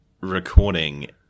recording